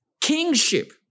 Kingship